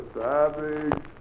savage